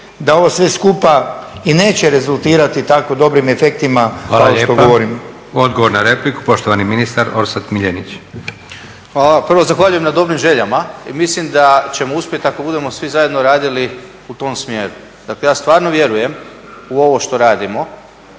da ovo sve skupa i neće rezultirati tako dobrim efektima kao što govorite. **Leko, Josip (SDP)** Hvala lijepa. Odgovor na repliku, poštovani ministar Orsat Miljenić. **Miljenić, Orsat** Hvala. Prvo zahvaljujem na dobrim željama i mislim da ćemo uspjeti ako budemo svi zajedno radili u tom smjeru. Dakle, ja stvarno vjerujem u ovo što radimo.